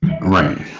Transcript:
Right